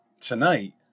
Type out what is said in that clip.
tonight